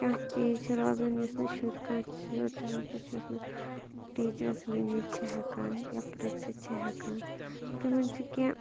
کانٛہہ چیٖز چھِ روزان یُس نہٕ شُرۍ کانٛہہ شُر چھُ آسان تیُتھ یُس نہٕ ٹیٖچرَس ؤنِتھ چھِ ہٮ۪کان یا پرژھِتھ چھِ ہٮ۪کان تِمَن چھِ کیٚنٛہہ